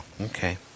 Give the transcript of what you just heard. okay